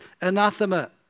anathema